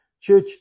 church